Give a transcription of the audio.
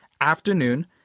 afternoon